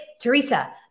Teresa